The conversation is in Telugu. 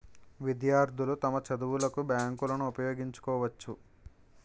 విద్యార్థులు తమ చదువులకు బ్యాంకులను ఉపయోగించుకోవచ్చు